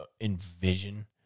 envision